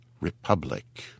Republic